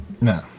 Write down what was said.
No